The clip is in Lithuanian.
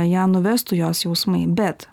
ją nuvestų jos jausmai bet